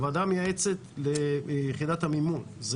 לוועדה המייעצת ליחידת המימון.